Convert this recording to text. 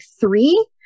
three